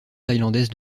thaïlandaise